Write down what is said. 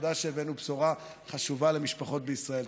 ותודה שהבאנו בשורה חשובה למשפחות בישראל.